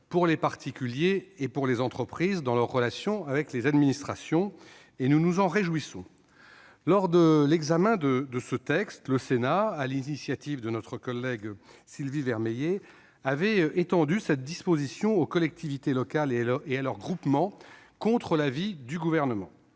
pour les particuliers et les entreprises dans leurs relations avec les administrations. Nous nous en réjouissons. Lors de l'examen de ce texte, le Sénat, sur l'initiative de notre collègue Sylvie Vermeillet, avait étendu cette disposition aux collectivités locales et à leurs groupements, contre l'avis du Gouvernement.